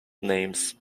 names